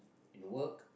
and work